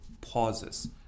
pauses